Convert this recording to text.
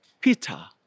Peter